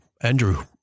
Andrew